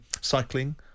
cycling